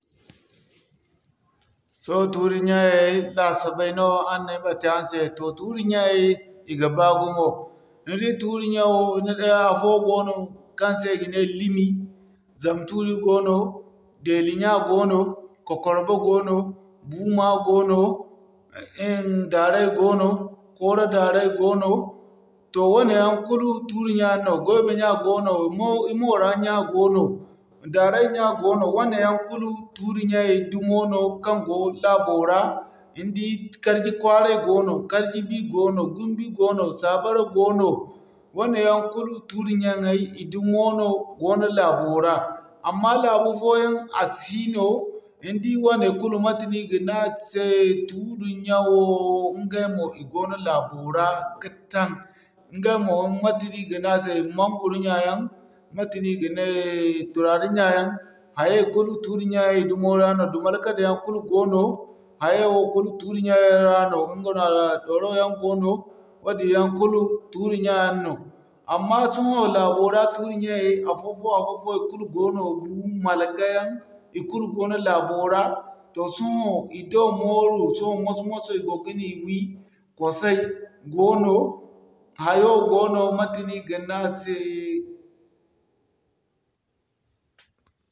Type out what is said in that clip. Sohõ tuuri ɲaŋey laasabay no araŋ ne ay ma te araŋ se, toh tuuri ɲaŋey i ga baa gumo. Ni di tuuri ɲaŋey ni di afoo goono, kaŋ se i ga ne Limi, Zam-tuuri goono, Deeli ɲya goono, kokwarbey goono, buuma goono, Daray goono, Kooro Daray goono, toh wane yaŋ kulu tuuri ɲya yaŋ no. Goyba ɲya goono, i Moora ɲya goono, Daray ɲya goono wane yaŋ kulu tuuri ɲyaŋey dumo no kaŋ go laabo ra. Ni di Karji kwaaray goono, Karji bi goono, Gumbi goono, Sabara goono wane yaŋ kulu tuuri ɲyaŋey i dumo no goono laabo ra. Amma laabu fooyaŋ a sino, ni di wane kulu mate no i ga ne a se tuuri ɲyaŋo wo ɲga mo i goono laabo ra ka taŋ. Ɲga mo mate no i ga ne a se, Manguro ɲya yaŋ, mate no i ga nee, turare ɲya yaŋ, hayay kulu tuuri ɲya yaŋ dumo ra no. Dumalkade kul goono, hayay kulu tuuri ɲya yaŋ ra no. Ɲga nooya waraw yaŋ goono, wadin yaŋ kulu tuuri ɲya yaŋ no. Amma sohõ laabo ra tuuri ɲyaŋey, afo-fo, afo-fo i kulu goono bu, Malaka yaŋ, kulu goono laabo ra. Toh sohõ i do mooru, sohõ moso-moso i go ga ni wi, Kwasay goono, hayo goono, mate no i ga ne a se.